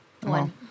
One